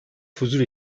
huzur